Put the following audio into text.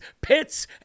pits